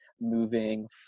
moving